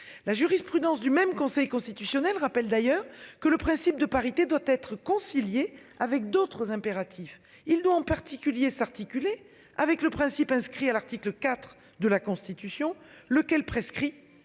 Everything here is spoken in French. La jurisprudence du même conseil constitutionnel rappelle d'ailleurs que le principe de parité doit être concilié avec d'autres impératifs. Il doit en particulier s'articuler avec le principe inscrit à l'article 4 de la Constitution, lequel prescrit